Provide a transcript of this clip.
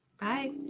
bye